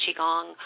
Qigong